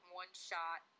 one-shot